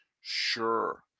Sure